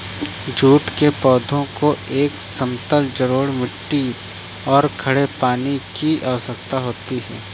jute के पौधे को एक समतल जलोढ़ मिट्टी और खड़े पानी की आवश्यकता होती है